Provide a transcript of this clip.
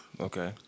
Okay